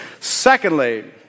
Secondly